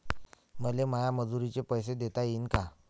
मले माया मजुराचे पैसे देता येईन का?